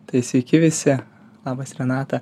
tai sveiki visi labas renata